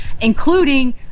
including